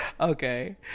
Okay